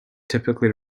typically